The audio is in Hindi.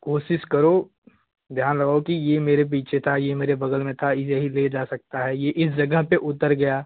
कोशिश करो ध्यान लगाओ कि ये मेरे पीछे था ये मेरे बगल में था ये यही ले जा सकता है ये इस जगह पे उतर गया